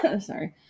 Sorry